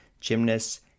gymnasts